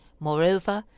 moreover,